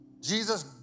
Jesus